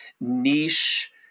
niche